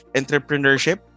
entrepreneurship